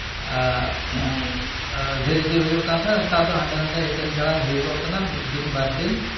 ᱰᱷᱮᱨ ᱜᱮ ᱦᱩᱭᱩᱜ ᱠᱟᱱ ᱛᱟᱦᱮᱸᱫ ᱱᱮᱛᱟᱨ ᱫᱚ ᱦᱟᱸᱰᱮ ᱱᱟᱰᱮ ᱦᱤᱴᱟᱹᱝ ᱡᱷᱟᱲᱟᱝ ᱦᱩᱭᱩᱜᱚᱜ ᱠᱟᱱᱟ ᱢᱤᱫ ᱫᱤᱱ ᱵᱟᱨ ᱫᱤᱱ